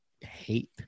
hate